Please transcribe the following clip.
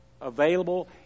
available